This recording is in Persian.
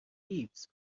فیبز